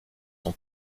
son